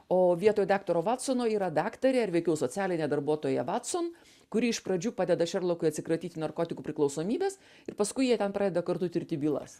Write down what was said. o vietoj daktaro vatsono yra daktarė ar veikiau socialinė darbuotoja vatson kuri iš pradžių padeda šerlokui atsikratyti narkotikų priklausomybės ir paskui jie ten pradeda kartu tirti bylas